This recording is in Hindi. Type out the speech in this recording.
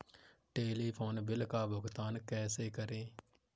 टेलीफोन बिल का भुगतान कैसे करें?